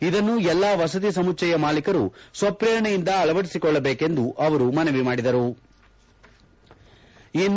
ಇದನ್ನು ಎಲ್ಲಾ ವಸತಿ ಸಮುಚ್ಚಯ ಮಾಲಿಕರು ಸ್ವಪ್ರೇರಣೆಯಿಂದ ಅಳವಳದಿಸಿಕೊಳ್ಳಬೇಕೆಂದು ಅವರು ಮನವಿ ಮಾಡಿದರ